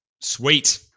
Sweet